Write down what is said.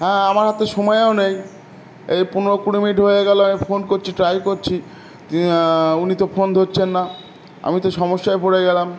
হ্যাঁ আমার হাতে সময়ও নেই এই পনেরো কুড়ি মিনিট হয়ে গেলো আমি ফোন করছি ট্রাই করছি উনি তো ফোন ধরছেন না আমি তো সমস্যায় পড়ে গেলাম